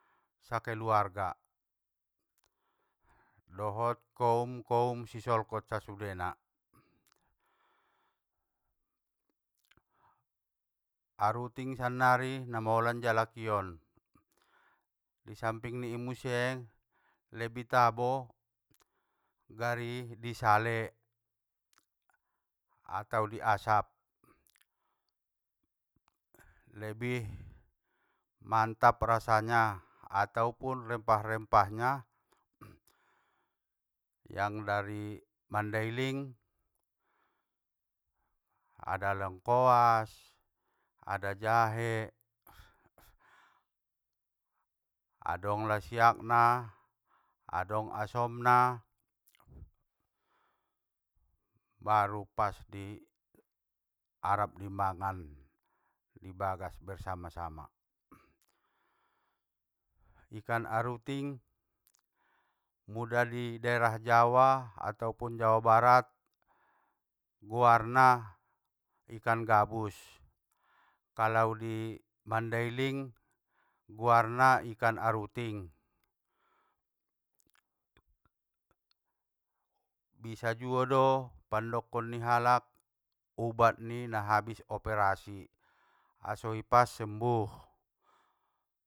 Sakeluarga, dohot koum koum sisolkot sasudena. Aruting sannari namaolan jalakion, disampingni i muse lebih tabo, gari disale, atau di asap, lebih mantap rasanya, ataupun rempah rempahnya yang dari mandailing, ada lengkoas, ada jahe, adong lasiakna, adong asomna, baru pasdi arap dimangan dibagas bersama sama. Ikan aruting muda di daerah jawa atopun jawa barat, goarna ikan gabus, kalau di mandailing, guarna ikan aruting, bisa juo do pandokon nihalak, ubat ni na habis operasi, aso ipas sembuh.